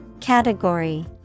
Category